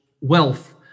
wealth